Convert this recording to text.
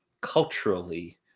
culturally